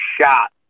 shot